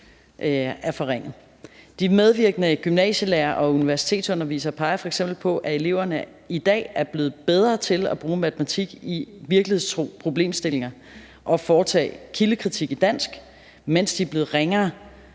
er forringet. De medvirkende gymnasielærere og universitetsundervisere peger f.eks. på, at eleverne i dag er blevet bedre til at bruge matematik i virkelighedstro problemstillinger og at foretage kildekritik i dansk, mens de er blevet ringere